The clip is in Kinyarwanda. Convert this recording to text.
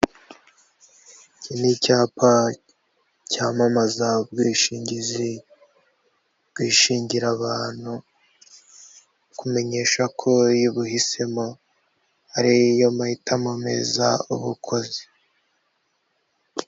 Iki ni icyapa cyamamaza ubwishingizi bwishingira abantu, bukumenyesha ko iyo ubuhisemo ariyo mahitamo meza uba ukoze.